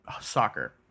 soccer